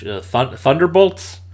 Thunderbolts